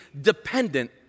dependent